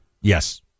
Yes